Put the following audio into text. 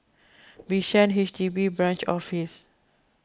Bishan H D B Branch Office